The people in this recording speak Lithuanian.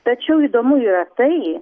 tačiau įdomu yra tai